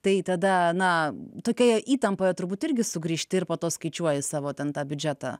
tai tada na tokioje įtampoje turbūt irgi sugrįžti ir po to skaičiuoji savo ten tą biudžetą